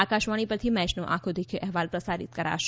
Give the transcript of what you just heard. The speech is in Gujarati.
આકાશવાણી પરથી મેયનો આંખે દેખ્યો અહેવાલ પ્રસારીત કરાશે